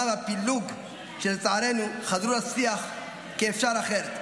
והפילוג שלצערנו חזר לשיח כי אפשר אחרת.